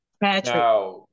Patrick